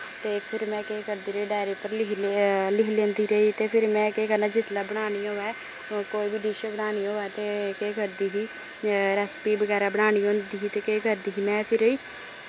ते फिर में केह् करदी रेही डायरी उप्पर लिखी लिखी लैंदी रेही ते फिर में केह् करना जिसलै बनानी होऐ कोई बी डिश बनानी होऐ ते केह् करदी ही रैसपी बगैरा बनानी होंदी ही ते केह् करदी ही में फिर